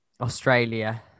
australia